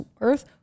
earth